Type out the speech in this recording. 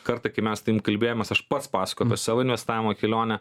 kartą kai mes su tavim kalbėjomės aš pats pasakojau apie savo investavimo kelionę